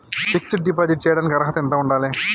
Fix డ్ deposit చేయటానికి అర్హత ఎంత ఉండాలి?